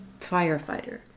firefighter